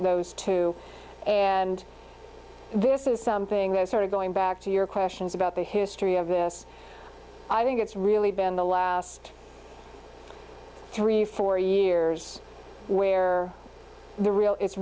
those two and this is something that sort of going back to your questions about the history of this i think it's really been the last three four years where the real it's